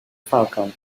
falcon